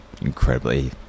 incredibly